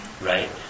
right